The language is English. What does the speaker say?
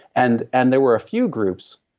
and and there were a few groups,